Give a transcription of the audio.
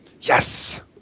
Yes